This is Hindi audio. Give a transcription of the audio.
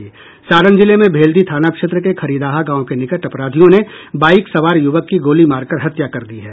सारण जिले में भेल्दी थाना क्षेत्र के खरीदाहा गांव के निकट अपराधियों ने बाइक सवार युवक की गोली मारकर हत्या कर दी है